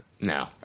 No